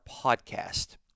podcast